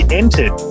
entered